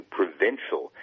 provincial